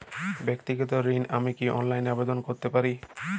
ব্যাক্তিগত ঋণ আমি কি অনলাইন এ আবেদন করতে পারি?